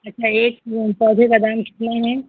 अच्छा एक वह पौधे का दाम कितना है